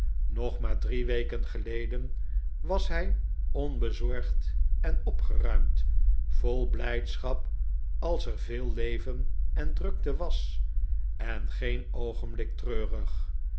nog maar drie weken geleden was hij onbezorgd en opgeruimd vol blijdschap als er veel leven en drukte was en geen oogenblik treurig